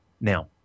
Now